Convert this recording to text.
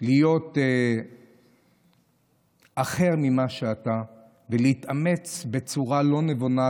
להיות אחר ממה שאתה ולהתאמץ בצורה לא נבונה,